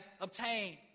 obtained